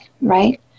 right